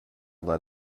let